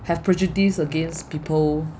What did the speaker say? have prejudice against people